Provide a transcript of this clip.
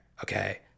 Okay